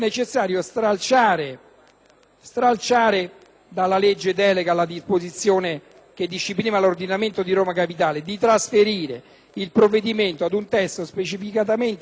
stralciare dalla legge delega la disposizione che disciplina l'ordinamento di Roma capitale e di trasferire il provvedimento ad un testo specificatamente dedicato a ciò,